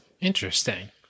Interesting